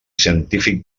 científic